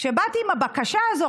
כשבאתי עם הבקשה הזו,